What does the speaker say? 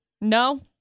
No